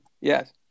Yes